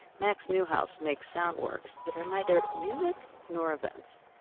max neuhaus makes soundworks that are neither music nor events.